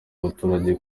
abaturage